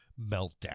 meltdown